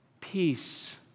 Peace